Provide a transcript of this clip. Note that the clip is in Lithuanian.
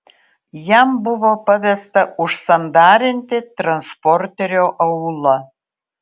jam buvo pavesta užsandarinti transporterio aulą